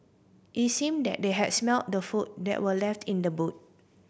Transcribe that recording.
it seemed that they had smelt the food that were left in the boot